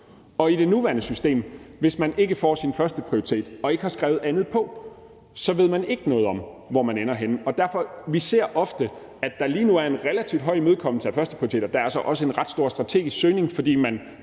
på. I det nuværende system ved man, hvis man ikke får sin førsteprioritet og ikke har skrevet andet på, ikke noget om, hvor man ender henne. Vi ser lige nu ofte, at der er en relativt høj imødekommelse af førsteprioriteter, og at der så også er en ret stor strategisk søgning, fordi man